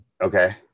Okay